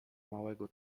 małego